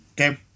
Okay